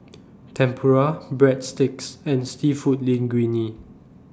Tempura Breadsticks and Seafood Linguine